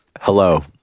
Hello